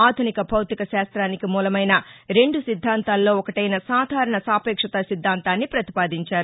ఆధునిక భౌతికశాస్తానికి మూలమైన రెండు సిద్ధాంతాల్లో ఒకటైన సాధారణ సాపేక్షత సిద్ధాంతాన్ని పతిపాదించారు